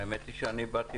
האמת היא שאני באתי